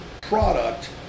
product